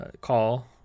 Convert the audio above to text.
call